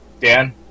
Dan